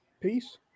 Peace